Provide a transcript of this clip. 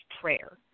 prayer